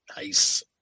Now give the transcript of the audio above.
Nice